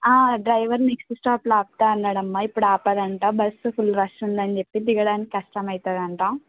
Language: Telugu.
డ్రైవర్ నెక్స్ట్ స్టాప్లో ఆపుతా అన్నాడమ్మా ఇప్పుడు ఆపడంటా బస్సు ఫుల్ రష్ ఉందని చెప్పి దిగడానికి కష్టమవుతుందంట